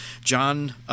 John